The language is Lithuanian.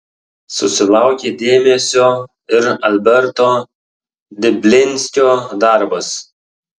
susilaukė dėmesio ir alberto diblinskio darbas